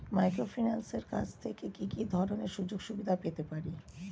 মাইক্রোফিন্যান্সের কাছ থেকে কি কি ধরনের সুযোগসুবিধা পেতে পারি?